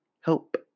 help